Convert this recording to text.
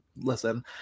listen